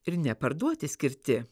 ir ne parduoti skirti